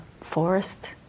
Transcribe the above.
forest